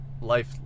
life